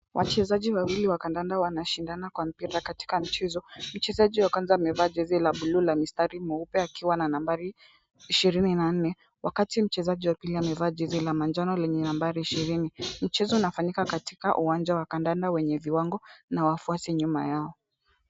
Wachezaji wawili wa kandanda wanashindana kwa mpira katika mchezo, mchezaji wa kwanza amevaa jezi la bluu la mistari meupe akiwa na nambari ishirini na nne wakati mchezaji wa pili amevaa jezi la manjano lenye nambari ishirini, mchezo unafanyika katika uwanja wa kandanda wenye viwango na wafuasi nyuma yao.